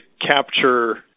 capture